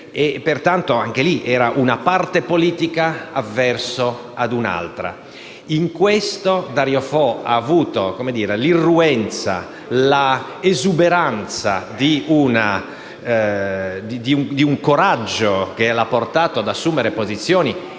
Pertanto, anche in quel caso c'era una parte politica avversa ad un'altra. In questo Dario Fo ha avuto un'irruenza, un'esuberanza e un coraggio, che lo hanno portato ad assumere posizioni